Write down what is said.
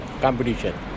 competition